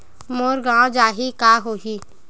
मोर गंवा जाहि का होही?